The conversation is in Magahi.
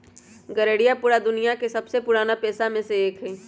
गरेड़िया पूरा दुनिया के सबसे पुराना पेशा में से एक हई